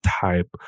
type